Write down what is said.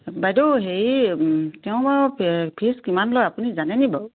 বাইদেউ হেৰি তেওঁ বাৰু ফিজ কিমান লয় আপুনি জানেনি বাৰু